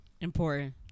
Important